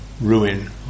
ruin